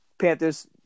Panthers